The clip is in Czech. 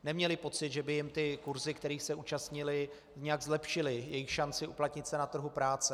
Lidé neměli pocit, že by jim ty kurzy, kterých se účastnili, nějak zlepšily jejich šanci uplatnit se na trhu práce.